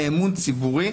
לאמון ציבורי,